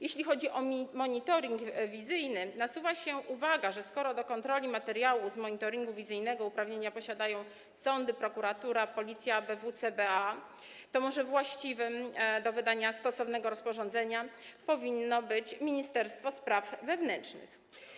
Jeśli chodzi o monitoring wizyjny, to nasuwa się uwaga, że skoro do kontroli materiału z monitoringu wizyjnego uprawnienia posiadają sądy, prokuratura, Policja, ABW i CBA, to może właściwe do wydania stosownego rozporządzenia powinno być ministerstwo spraw wewnętrznych.